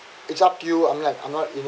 it's up to you I'm like I'm not you know